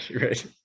Right